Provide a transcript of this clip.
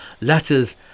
letters